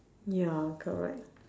ya correct